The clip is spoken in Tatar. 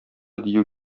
дию